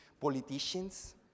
politicians